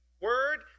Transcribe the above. word